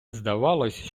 здавалось